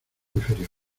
inferior